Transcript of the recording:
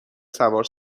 سوار